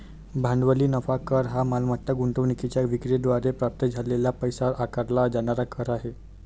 भांडवली नफा कर हा मालमत्ता गुंतवणूकीच्या विक्री द्वारे प्राप्त झालेल्या पैशावर आकारला जाणारा कर आहे